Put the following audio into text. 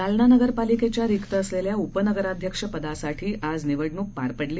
जालना नगरपालिकेच्या रिक्त असलेल्या उपनगराध्यक्ष पदासाठी आज निवडणूक पार पडली